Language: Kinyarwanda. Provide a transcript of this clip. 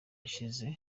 yashize